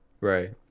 Right